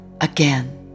again